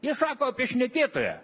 jie sako apie šnekėtoją